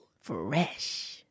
Fresh